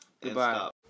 Goodbye